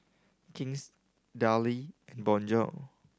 King's Darlie and Bonjour